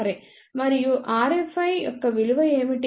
మరియు rFi యొక్క విలువ ఏమిటి